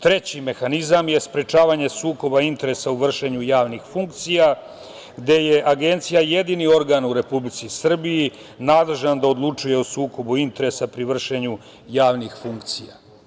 Treći mehanizam je sprečavanje sukoba interesa u vršenju javnih funkcija gde je Agencija jedini organ u Republici Srbiji nadležan da odlučuje o sukobu interesa pri vršenju javnih funkcija.